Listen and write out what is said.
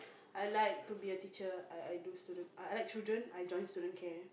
I like to be a teacher I I do student I I like children I join student care